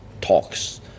talks